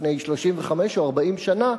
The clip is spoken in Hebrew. לפני 35 או 40 שנה,